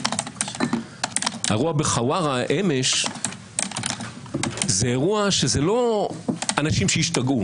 האירוע בחווארה אמש זה לא אנשים שהשתגעו.